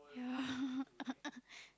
yeah